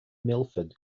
milford